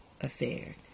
affair